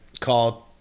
called